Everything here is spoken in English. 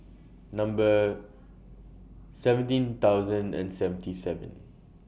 Number seventeen thousand and seventy seven